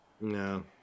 No